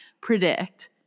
predict